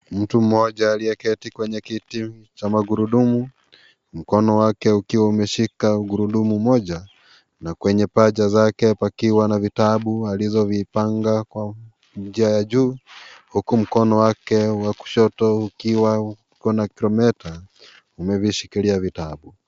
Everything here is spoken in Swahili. Mtu mmoja aliyeketi kwenye kiti cha magurudumu, mkono wake ukiwa umeshika gurudumu moja na kwenye paja zake akiwa na vitabu alizovipanga kwa njia ya juu huku mkono wake wa kushoto ukiwa uko na kronometa umevishikilia vitabu.